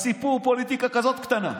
הסיפור, פוליטיקה כזאת קטנה.